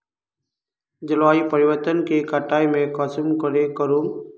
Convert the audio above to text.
जलवायु परिवर्तन के कटाई में कुंसम करे करूम?